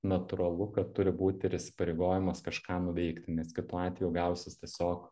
natūralu kad turi būti ir įsipareigojimas kažką nuveikti nes kitu atveju gausis tiesiog